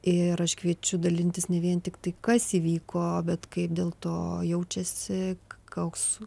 ir aš kviečiu dalintis ne vien tik tai kas įvyko bet kaip dėl to jaučiasi koks